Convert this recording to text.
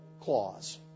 clause